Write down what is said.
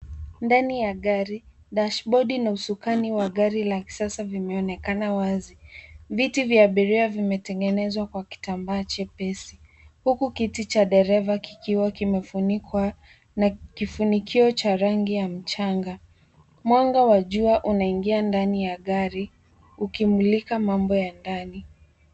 Ndani ya gari, dashibodi na usukani wa gari kisasa vimeonekana wazi. Viti vya abiria vimetengenezwa kwa kitambaa chepesi, huku kiti cha dereva kikiwa kimefunikwa na kifunikio cha rangi ya mchanga. Mwanga wa jua unaingia ndani ya gari ukimulika mambo ya ndani.